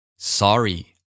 Sorry